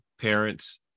parents